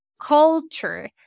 Culture